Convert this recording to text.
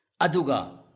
Aduga